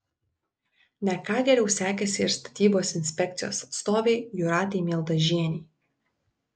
ne ką geriau sekėsi ir statybos inspekcijos atstovei jūratei mieldažienei